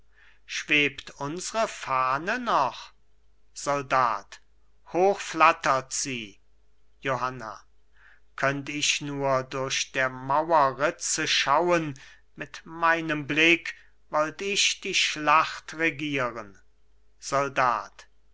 schwebt unsre fahne noch soldat hoch flattert sie johanna könnt ich nur durch der mauer ritze schauen mit meinem blick wollt ich die schlacht regieren soldat